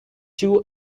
two